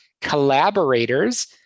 collaborators